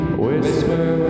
whisper